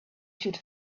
should